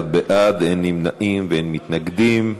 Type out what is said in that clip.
21 בעד, אין נמנעים ואין מתנגדים.